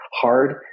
hard